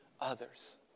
others